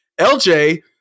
LJ